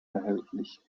erhältlich